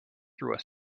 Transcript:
through